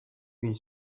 une